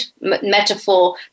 metaphor